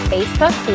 Facebook